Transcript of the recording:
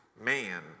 man